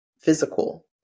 physical